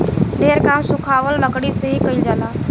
ढेर काम सुखावल लकड़ी से ही कईल जाला